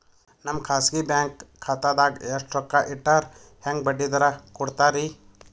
ನಮ್ಮ ಖಾಸಗಿ ಬ್ಯಾಂಕ್ ಖಾತಾದಾಗ ಎಷ್ಟ ರೊಕ್ಕ ಇಟ್ಟರ ಹೆಂಗ ಬಡ್ಡಿ ದರ ಕೂಡತಾರಿ?